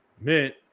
Mint